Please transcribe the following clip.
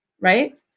right